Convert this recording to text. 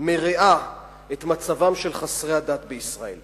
מרעה את מצבם של חסרי הדת בישראל?